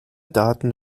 daten